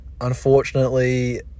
unfortunately